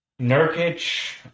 Nurkic